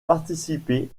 participé